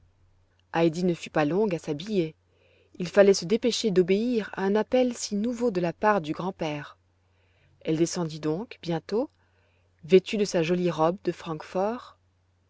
heidi ne fut pas longue à s'habiller il fallait se dépêcher d'obéir à un appel aussi nouveau de la part du grand-père elle descendit donc bientôt vêtue de sa jolie robe de francfort